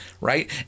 right